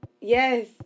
Yes